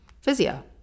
physio